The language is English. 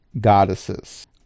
goddesses